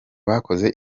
bakoze